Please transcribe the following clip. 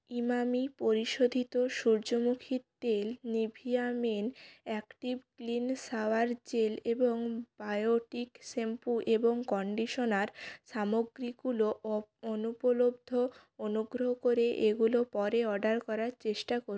ইমামি পরিশোধিত সূর্যমুখীর তেল Nivea men active clean shower gel এবং বায়োটিক শ্যাম্পু এবং কন্ডিশনার সামগ্রীগুলো অ অনুপলব্ধ অনুগ্রহ করে এগুলো পরে অর্ডার করার চেষ্টা করুন